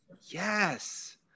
Yes